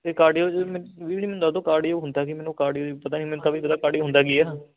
ਅਤੇ ਕਾਡੀਓ ਵੀ ਵੀਰ ਜੀ ਮੈਨੂੰ ਦੱਸ ਦਿਓ ਕਾਡੀਓ ਹੁੰਦਾ ਕੀ ਮੈਨੂੰ ਕਾਡੀਓ ਪਤਾ ਨਹੀਂ ਮੈਨੂੰ ਤਾਂ ਵੀ ਕਾਡੀਓ ਹੁੰਦਾ ਕੀ ਆ